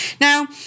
Now